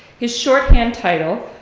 his shorthand title,